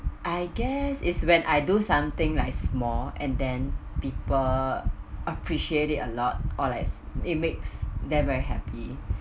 I guess is when I do something like small and then people appreciate it a lot or like it makes them very happy